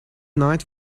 night